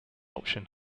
option